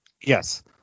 yes